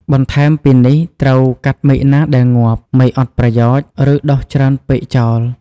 បន្ថែមពីនេះត្រូវកាត់មែកណាដែលងាប់ មែកអត់ប្រយោជន៍ ឬដុះច្រើនពេកចោល។